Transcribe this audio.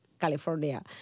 California